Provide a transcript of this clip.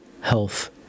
health